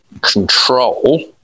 control